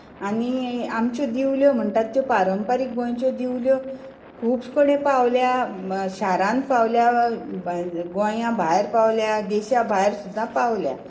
आनी आमच्यो दिवल्यो म्हणटात त्यो पारंपारीक गोंयच्यो दिवल्यो खूब कडेन पावल्यात शारांत पावल्यात गोंया भायर पावल्यात देशा भायर सुद्दां पावल्यात